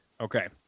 Okay